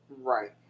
right